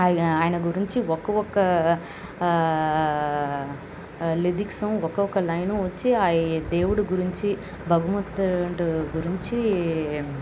ఆయ్ ఆయన గురించి ఒక ఒక్క లిరిక్స్ ఒకొక్క లైన్ వచ్చి అది దేవుడి గురించి భగవంతునుడు గురించి